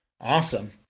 awesome